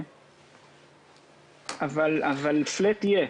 אבל פלאט יהיה.